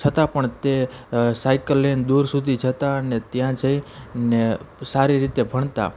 છતાં પણ તે સાઇકલ લઈ ને દૂર સુધી જતાં અને ત્યાં જઈ ને સારી રીતે ભણતા